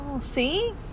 see